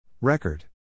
Record